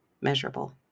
measurable